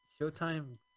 showtime